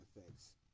effects